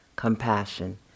compassion